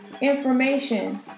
information